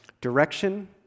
direction